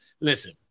listen